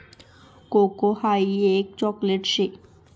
cocoa हाई एक chocolate शे